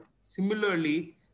Similarly